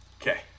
Okay